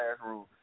classroom